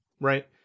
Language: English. right